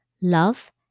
love